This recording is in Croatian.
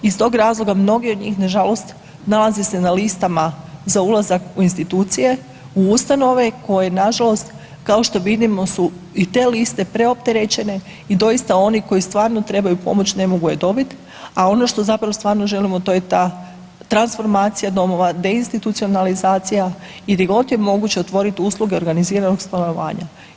Iz tog razloga mnogi od njih, nažalost nalaze se na listama za ulazak u institucije, u ustanove, koje nažalost, kao što vidimo i te liste preopterećene i doista oni koji stvarno trebaju pomoć ne mogu je dobiti, a ono što zapravo stvarno želimo, to je ta transformacija domova, deinstitucionalizacija i di god je moguće otvorit usluge organiziranog stanovanja.